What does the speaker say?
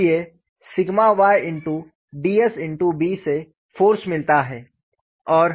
इसलिए sigma y dsB से force मिलता है